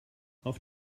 auf